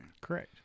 Correct